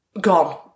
gone